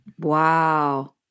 Wow